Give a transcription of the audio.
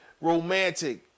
romantic